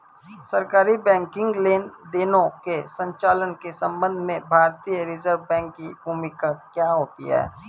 सरकारी बैंकिंग लेनदेनों के संचालन के संबंध में भारतीय रिज़र्व बैंक की भूमिका क्या होती है?